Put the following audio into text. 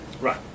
Right